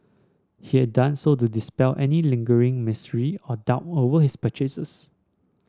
he had done so to dispel any lingering mystery or doubt over his purchases